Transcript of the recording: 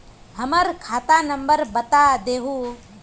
हमर खाता नंबर बता देहु?